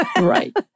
Right